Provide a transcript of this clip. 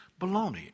Baloney